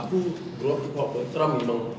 aku grow up hip-hop [pe] trump memang